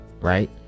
right